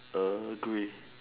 a grey